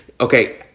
okay